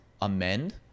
amend